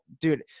dude